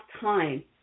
time